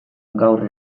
gaur